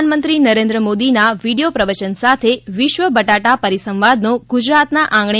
પ્રધાનમંત્રી નરેન્દ્ર મોદીના વિડીયો પ્રવચન સાથે વિશ્વ બટાટા પરિસંવાદનો ગુજરાતના આંગણે